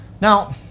Now